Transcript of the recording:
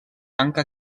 tanca